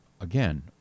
again